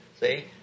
see